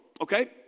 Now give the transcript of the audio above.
okay